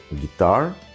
guitar